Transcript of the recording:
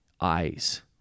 eyes